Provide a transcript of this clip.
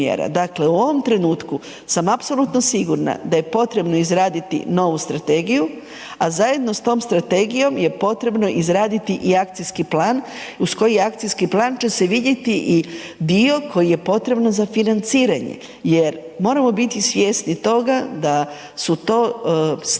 Dakle, u ovom trenutku sam apsolutno sigurna da je potrebno izraditi novu strategiju, a zajedno s tom strategijom je potrebno izraditi i akcijski plan uz koji akcijski plan će se vidjeti i dio koji je potrebno za financiranje jer moramo biti svjesni toga da su to stvari,